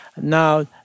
Now